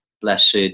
blessed